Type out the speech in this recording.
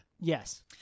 Yes